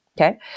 Okay